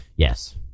Yes